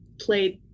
played